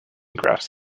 graphs